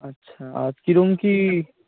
আচ্ছা আর কীরম কী